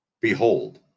Behold